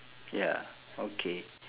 ya okay